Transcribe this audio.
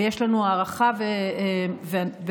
ויש לנו הערכה ובאמת